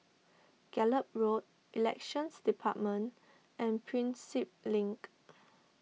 Gallop Road Elections Department and Prinsep Link